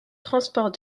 transport